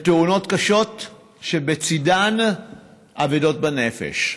לתאונות קשות שבצידן אבדות בנפש.